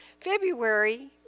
February